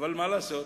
אבל מה לעשות?